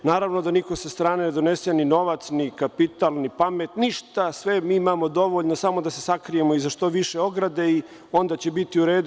Naravno, da niko sa strane ne donese ni novac, ni kapital, ni pamet, ništa sve mi imamo dovoljno, samo da se sakrijemo iza što više ograde i onda će biti u redu.